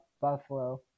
Buffalo